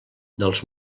dels